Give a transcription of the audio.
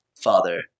father